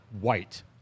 white